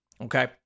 Okay